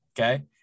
okay